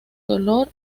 dolor